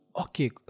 Okay